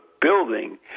building